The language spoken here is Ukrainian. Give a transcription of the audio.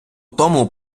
тому